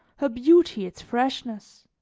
her beauty its freshness.